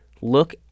Look